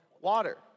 water